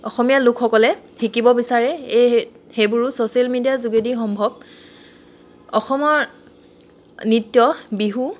অসমীয়া লোকসকলে শিকিব বিচাৰে এই সেইবোৰো ছ'চিয়েল মিডিয়াৰ যোগেদি সম্ভৱ অসমৰ নৃত্য বিহু